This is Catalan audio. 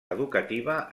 educativa